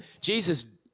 Jesus